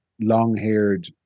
long-haired